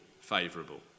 favourable